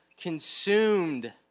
consumed